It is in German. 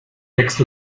text